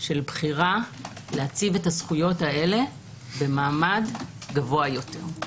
של בחירה להציב את הזכויות האלה במעמד גבוה יותר,